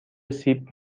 سیب